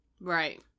Right